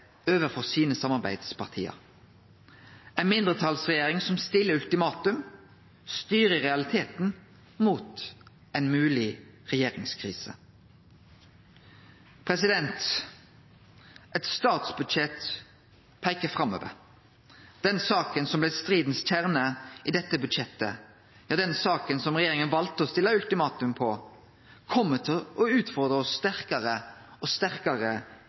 overfor sine samarbeidsparti. Ei mindretalsregjering som stiller ultimatum, styrer i realiteten mot ei mogleg regjeringskrise. Eit statsbudsjett peikar framover. Den saka som blei stridens kjerne i dette budsjettet, den saka som regjeringa valde å stille ultimatum på, kjem til å utfordre oss sterkare og sterkare